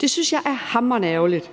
Det synes jeg er hamrende ærgerligt,